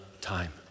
time